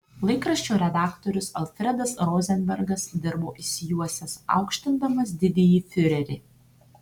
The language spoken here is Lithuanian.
laikraščio redaktorius alfredas rozenbergas dirbo išsijuosęs aukštindamas didįjį fiurerį